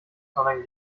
sondern